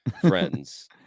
friends